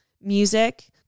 music